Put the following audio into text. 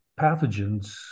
pathogens